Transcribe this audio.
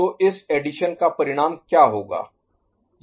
तो इस एडिशन का परिणाम क्या होगा